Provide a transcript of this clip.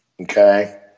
Okay